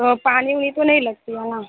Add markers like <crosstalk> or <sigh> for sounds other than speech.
तो पानी <unintelligible> नहीं लगती है ना